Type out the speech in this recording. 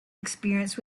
experience